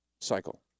Cycle